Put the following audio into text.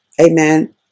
Amen